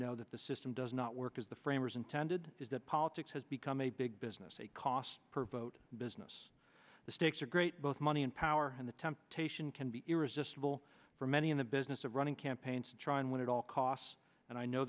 know that the system does not work is the framers intended is that politics has become a big business a cost per vote business the stakes are great both money and power and the temptation can be irresistible for many in the business of running campaigns to try and win at all costs and i know